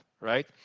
right